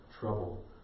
trouble